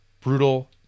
brutal